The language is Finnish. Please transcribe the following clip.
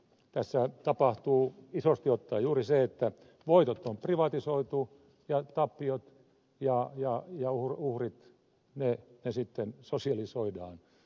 tässä tapahtuu isosti ottaen juuri se että voitot on privatisoitu ja tappiot ja uhrit sitten sosialisoidaan